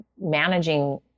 managing